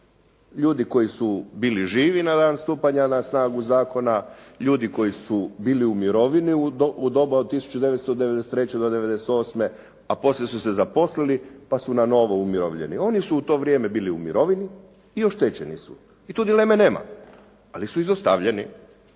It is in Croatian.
Ljudi koji su bili živi na dan stupanja na snagu zakona, ljudi koji su bili u mirovini u doba od 1993. do 98. a poslije su se zaposlili, pa su nanovo umirovljeni. Oni su u to vrijeme bili u mirovini i oštećeni su i tu dileme nema, ali su izostavljeni.